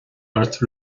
ort